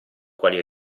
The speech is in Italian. quali